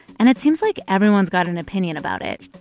and it seems like everyone's got an opinion about it.